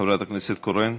חברת הכנסת קורן,